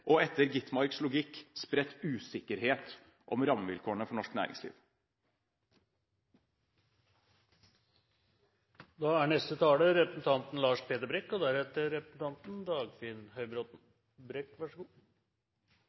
og – etter representanten Skovholt Gitmarks logikk – spredt usikkerhet om rammevilkårene for norsk